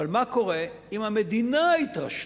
אבל מה קורה אם המדינה התרשלה,